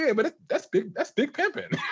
yeah, but ah that's big that's big pimpin'.